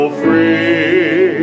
free